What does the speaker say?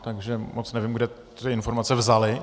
Takže moc nevím, kde ty informace vzaly.